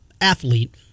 athlete